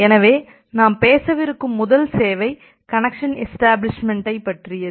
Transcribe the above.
எனவே நாம் பேசவிருக்கும் முதல் சேவை கனெக்சன் எஷ்டபிளிஷ்மெண்ட்டைப் பற்றியது